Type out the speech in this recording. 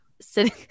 sitting